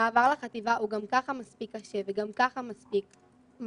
המעבר לחטיבה הוא גם ככה מספיק קשה וגם ככה מספיק מלחיץ,